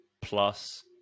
Plus